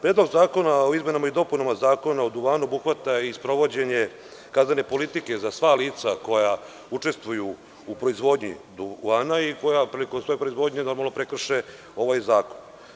Predlog zakona o izmenama i dopunama Zakona o duvanu obuhvata i sprovođenje kaznene politike za sva lica koja učestvuju u proizvodnji duvana i koja prilikom svoje proizvodnje prekrše ovaj zakon.